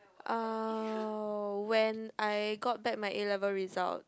uh when I got back my A-level results